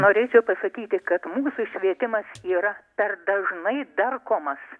norėčiau pasakyti kad mūsų švietimas yra per dažnai darkomas